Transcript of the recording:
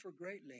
greatly